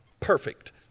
Perfect